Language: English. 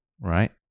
Right